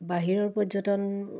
বাহিৰৰ পৰ্যটন